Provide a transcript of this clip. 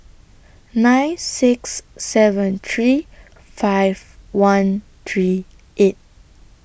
nine six seven three five one three eight